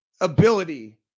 ability –